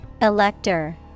Elector